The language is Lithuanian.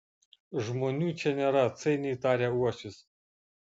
žmonių čia nėra atsainiai tarė uošvis